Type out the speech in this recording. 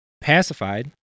pacified